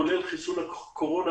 כולל חיסון הקורונה,